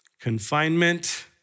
confinement